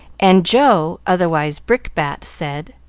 and joe, otherwise brickbat, said,